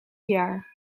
jaar